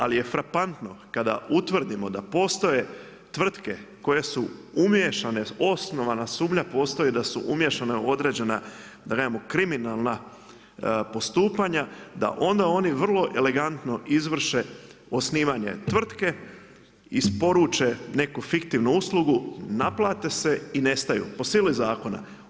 Ali je frapantno kada utvrdimo da postoje tvrtke koje su umiješane, osnovana sumnja postoji da su umiješani u određena da kažem kriminalna postupanja, da onda oni vrlo elegantno izvrše osnivanje tvrtke, isporuče neku fiktivnu uslugu, naplate se i nestaju po sili zakona.